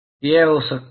यह हो सकता था